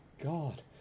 God